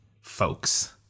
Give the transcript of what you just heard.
folks